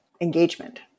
engagement